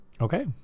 okay